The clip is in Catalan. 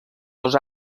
dos